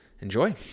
Enjoy